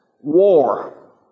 War